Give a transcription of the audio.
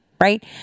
right